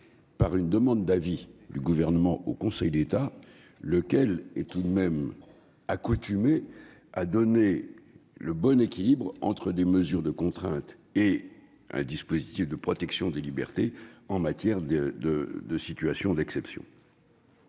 par une demande d'avis du Gouvernement au Conseil d'État, lequel est spécialement accoutumé à se prononcer sur le bon équilibre entre des mesures de contrainte et un dispositif de protection des libertés en cas de situations d'exception.